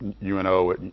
UNO